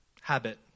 habit